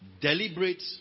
deliberate